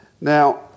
Now